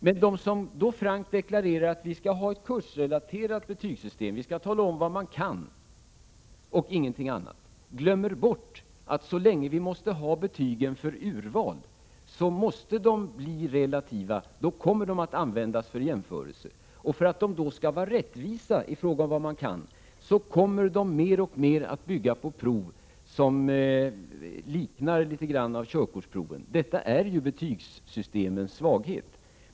Men de som frankt deklarerar att vi skall ha ett kursrelaterat betygssystem, att vi skall tala om vad man kan och ingenting annat, glömmer bort att så länge vi måste ha betygen för urval, måste de bli relativa. De kommer att användas för jämförelse. För att de då skall vara rättvisa i fråga om vad man kan, kommer de att mer och mer bygga på prov som något liknar körkortsproven. Det är betygssystemens svaghet.